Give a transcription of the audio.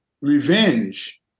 revenge